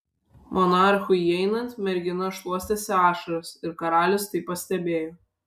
monarchui įeinant mergina šluostėsi ašaras ir karalius tai pastebėjo